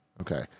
okay